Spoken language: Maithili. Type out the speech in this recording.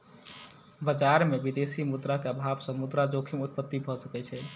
बजार में विदेशी मुद्रा के अभाव सॅ मुद्रा जोखिम उत्पत्ति भ सकै छै